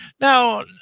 now